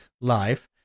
life